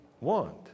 want